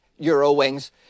Eurowings